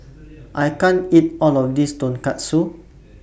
I can't eat All of This Tonkatsu